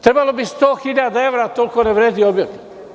Trebalo bi sto hiljada evra, a toliko ne vredi objekat.